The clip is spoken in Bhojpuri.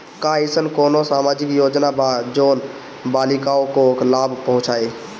का अइसन कोनो सामाजिक योजना बा जोन बालिकाओं को लाभ पहुँचाए?